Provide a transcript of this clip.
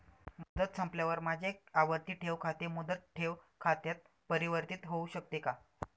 मुदत संपल्यावर माझे आवर्ती ठेव खाते मुदत ठेव खात्यात परिवर्तीत होऊ शकते का?